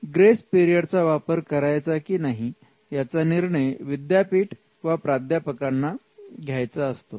grace period चा वापर करायचा की नाही याचा निर्णय विद्यापीठ वा प्राध्यापकांना घ्यायचा असतो